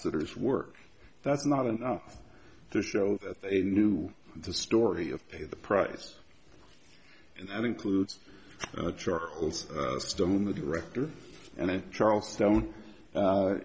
sitters work that's not enough to show that they knew the story of pay the price and that includes charles stone the director and charles